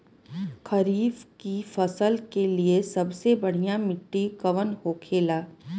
खरीफ की फसल के लिए सबसे बढ़ियां मिट्टी कवन होखेला?